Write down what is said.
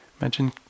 Imagine